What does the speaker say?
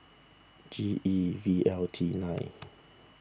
G E V L T nine